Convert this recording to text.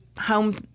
home –